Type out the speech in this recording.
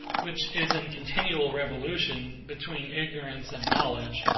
which is in continual revolution, between ignorance and knowledge,